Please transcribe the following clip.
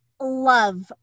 love